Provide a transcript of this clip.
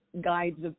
guides